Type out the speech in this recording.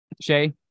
Shay